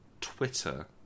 Twitter